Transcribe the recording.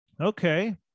Okay